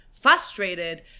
frustrated